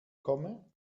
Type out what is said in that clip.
komme